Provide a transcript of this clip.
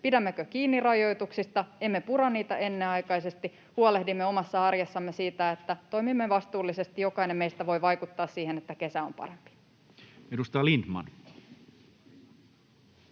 pidämmekö kiinni rajoituksista, emme pura niitä ennenaikaisesti, huolehdimme omassa arjessamme siitä, että toimimme vastuullisesti. Jokainen meistä voi vaikuttaa siihen, että kesä on parempi. [Speech 45]